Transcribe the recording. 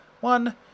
One